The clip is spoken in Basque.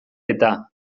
eta